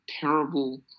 terrible